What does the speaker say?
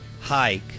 Hike